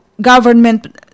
government